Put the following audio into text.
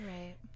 right